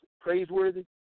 Praiseworthy